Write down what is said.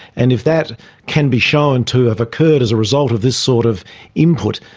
and if that can be shown to have occurred as a result of this sort of input,